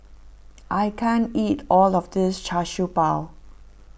I can't eat all of this Char Siew Bao